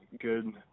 Good